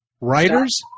Writers